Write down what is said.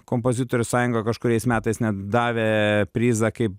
kompozitorių sąjunga kažkuriais metais net davė prizą kaip